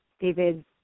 David